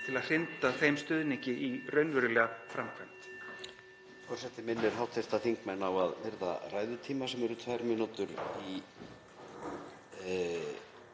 til að hrinda þeim stuðningi í raunverulega framkvæmd.